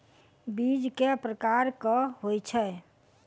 बीज केँ प्रकार कऽ होइ छै?